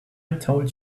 told